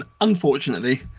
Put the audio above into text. Unfortunately